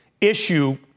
issue